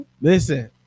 Listen